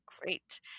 Great